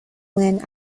land